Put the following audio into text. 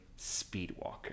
speedwalker